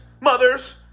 mothers